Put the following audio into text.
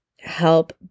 help